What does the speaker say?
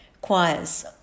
choirs